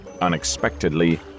Unexpectedly